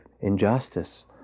injustice